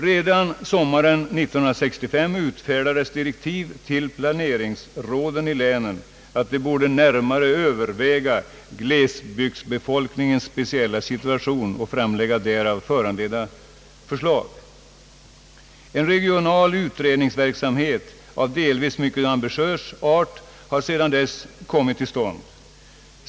Redan sommaren 1965 utfärdades direktiv till planeringsråden i länen att de borde närmare överväga glesbygdsbefolkningens speciella situation och framlägga därav föranledda förslag. En regional utredningsverksamhet av delvis mycket ambitiös art har sedan dess kommit till stånd.